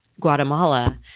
Guatemala